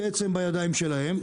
אבל בעצם בידיים שלהם.